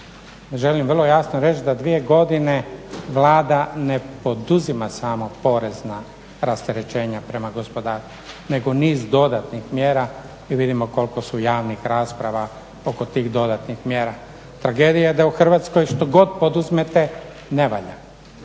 želim vrlo jasno reći da dvije godine Vlada ne poduzima samo porezna rasterećenja prema gospodarstvu nego niz dodatnih mjera i vidimo koliko su javnih rasprava oko tih dodatnih mjera. Tragedija je da u Hrvatskoj što god poduzmete ne valja.